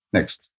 Next